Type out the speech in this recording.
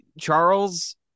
Charles